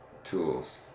tools